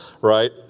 right